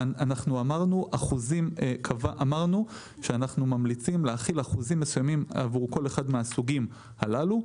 אמרנו שאנחנו ממליצים להחיל אחוזים מסוימים עבור כל אחד מהסוגים הללו.